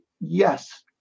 yes